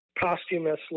posthumously